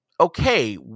okay